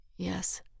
Yes